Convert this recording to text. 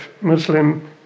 Muslim